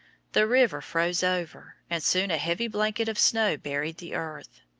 the river froze over, and soon a heavy blanket of snow buried the earth.